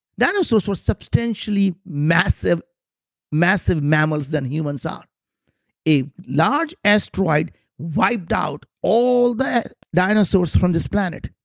dinosaurs were substantially massive massive mammals than humans are a large asteroid wiped out all the dinosaurs from this planet.